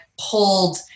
pulled